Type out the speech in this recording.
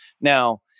now